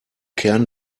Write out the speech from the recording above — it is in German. kern